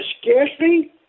scarcely